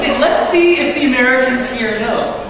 let's see if the americans here know.